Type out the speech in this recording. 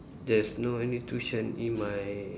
there's no any tuition in my